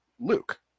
Luke